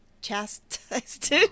chastised